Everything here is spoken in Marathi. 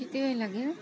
किती वेळ लागेल